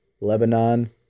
Lebanon